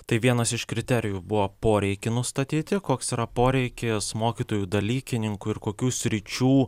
tai vienas iš kriterijų buvo poreikį nustatyti koks yra poreikis mokytojų dalykininkų ir kokių sričių